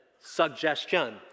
suggestion